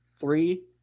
three